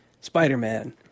Spider-Man